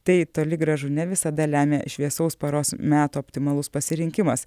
tai toli gražu ne visada lemia šviesaus paros meto optimalus pasirinkimas